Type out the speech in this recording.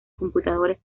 computadores